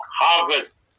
harvest